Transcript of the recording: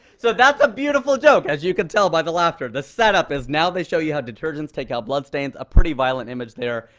so that's a beautiful joke, as you can tell by the laughter. the set up is, now they show you how detergents take out bloodstains, a pretty violent image there.